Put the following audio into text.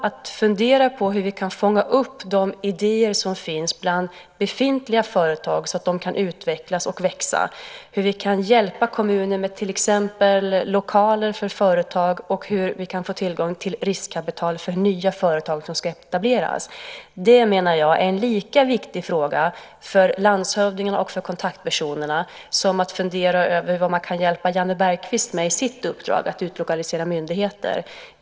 Att fundera på hur vi kan fånga upp de idéer som finns bland befintliga företag så att de kan utvecklas och växa, hur vi kan hjälpa kommuner med till exempel lokaler för företag och hur vi kan få tillgång till riskkapital för nya företag som ska etableras - detta, menar jag, är en lika viktig fråga för landshövdingen och för kontaktpersonerna som att fundera över vad man kan hjälpa Janne Bergqvist med i hans uppdrag att utlokalisera myndigheter.